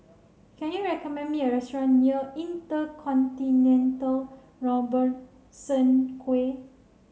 can you recommend me a restaurant near InterContinental Robertson Quay